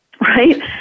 right